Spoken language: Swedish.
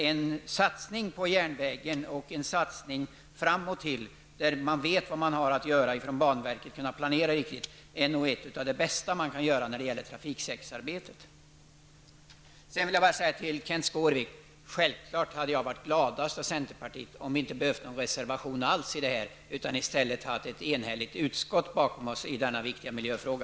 En satsning på järnvägen -- en satsning där man vet vad man har att göra från banverket och kan planera ordentligt -- är nog en av de bästa åtgärder man kan vidta när det gäller trafiksäkerhetsarbetet. Till Kenth Skårvik vill jag säga att jag självfallet skulle ha varit gladast i centerpartiet om vi inte hade behövt ha någon reservation alls i detta ämne utan i stället hade haft ett enhälligt utskott bakom oss i denna viktiga miljöfråga.